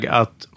att